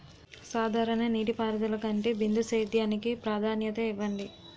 సాధారణ నీటిపారుదల కంటే బిందు సేద్యానికి ప్రాధాన్యత ఇవ్వండి